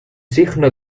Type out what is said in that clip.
signo